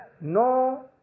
no